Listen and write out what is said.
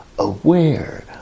Aware